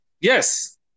Yes